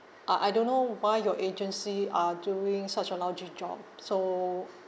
uh I don't know why your agency are doing such a lousy job so